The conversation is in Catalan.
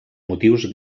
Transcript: motius